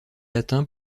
latin